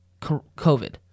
COVID